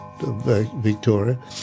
Victoria